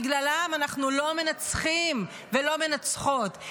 בגללם אנחנו לא מנצחים ולא מנצחות.